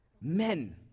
men